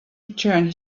return